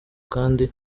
kandi